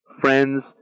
friends